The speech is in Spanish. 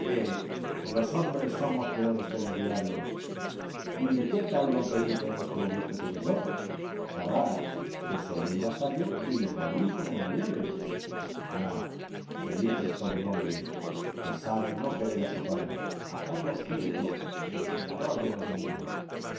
los hombres somos peores que los diablos y qué tal don felipe nuestro augusto sucesor sabrás que soy un vasallo y le dirijo memoriales ah felipe es todo un hombre que sabe no querer a su padre a carlos v emperador de dos mundos